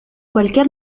cualquier